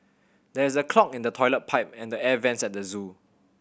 there is a clog in the toilet pipe and the air vents at the zoo